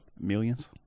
Millions